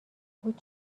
بود